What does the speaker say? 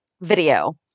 video